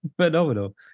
phenomenal